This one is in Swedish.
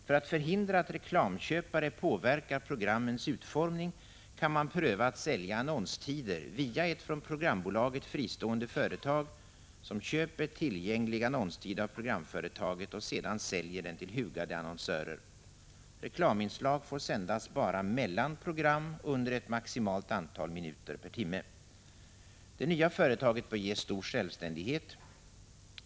För att förhindra att reklamköpare påverkar programmens utformning kan man pröva att sälja annonstider via ett från programbolaget fristående företag, som köper tillgänglig annonstid av programföretaget och sedan säljer den till hugade annonsörer. Reklaminslag får sändas bara mellan program och under ett maximalt antal minuter per timme. Det nya företaget bör ges stor självständighet.